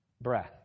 breath